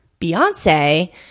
Beyonce